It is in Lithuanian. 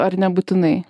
ar nebūtinai